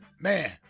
Man